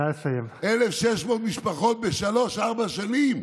1,600 משפחות בשלוש-ארבע שנים,